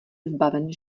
zbaven